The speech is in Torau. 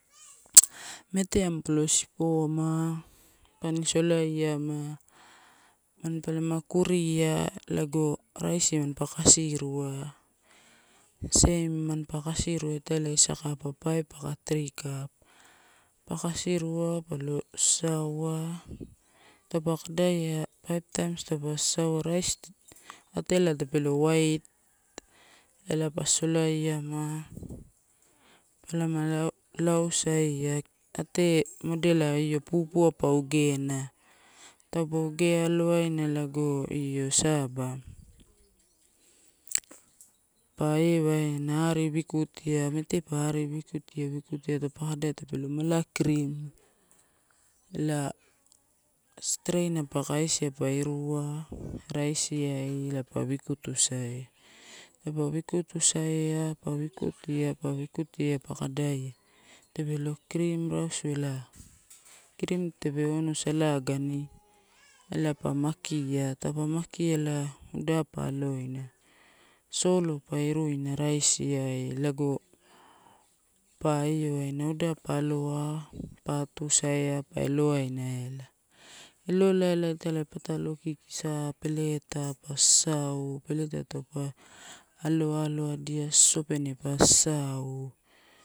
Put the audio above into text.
Mete mampalon sipoama, pani solaiama mampalama kuria lago raisi mampa kasirua, sem mampa kasirua italai eisa kapa paif aka tri kapa. Pa kasirua palo sasasua, taupa kadaia paif taims taupa sasaua rais atela tape lo white ela pa solaiama, pa lama ausaia, ate modela io pupua pa ogena. Taupa oge aloaina lago io saba pa ewaina ari wikutia, mete pa ari wikutia, wikutia, wikutia taupa kadaia tapelo malo krim, ela streina pa kaisia pa irua raisiai ela pa wikutusaia. Taupa wikatusaia, pa wikutie, pa wikutia pa kadaia, tape lo krim rausu eela, krim tape onu salagani ela pa makia taupa makia ela uda pa aloina. Solo pa iruina raisiai lago pa io waina uda pa aloa, pa atusaia pa elowaina ela, elolai elai italai patalo kiki sa peleuta pa sasau, peleuta taupa alowadia, sosopene pa sasau.